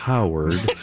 Howard